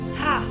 ha